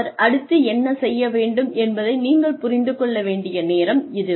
அவர் அடுத்து என்ன செய்ய வேண்டும் என்பதை நீங்கள் புரிந்துகொள்ள வேண்டிய நேரம் இது